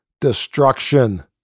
DESTRUCTION